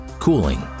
Cooling